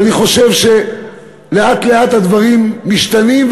ואני חושב שלאט-לאט הדברים משתנים,